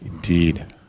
Indeed